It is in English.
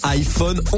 iPhone